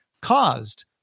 caused